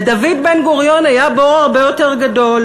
לדוד בן-גוריון היה בור הרבה יותר גדול,